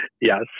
Yes